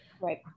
Right